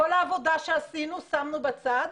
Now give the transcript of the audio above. כל העבודה שעשינו שמנו בצד,